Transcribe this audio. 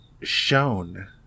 shown